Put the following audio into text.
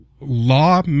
law